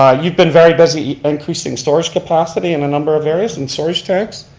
ah you've been very busy increasing storage capacity in a number of areas and storage tags.